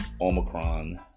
Omicron